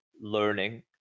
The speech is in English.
learning